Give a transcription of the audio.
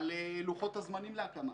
על לוחות הזמנים להקמה,